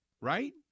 right